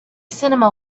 cinema